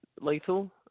lethal